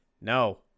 No